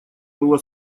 была